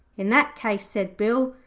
in that case said bill,